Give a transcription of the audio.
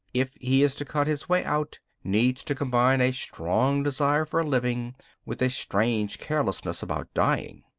if he is to cut his way out, needs to combine a strong desire for living with a strange carelessness about dying.